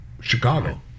Chicago